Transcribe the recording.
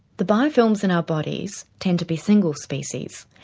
the biofilms in our bodies tend to be single species,